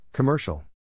Commercial